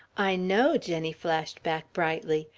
i know, jenny flashed back brightly,